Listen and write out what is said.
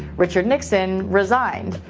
richard nixon resigned,